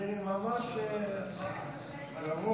אני ממש גבוה.